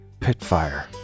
Pitfire